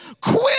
Quit